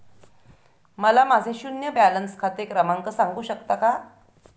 मला माझे शून्य बॅलन्स खाते क्रमांक सांगू शकता का?